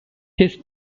his